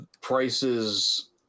Price's